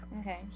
Okay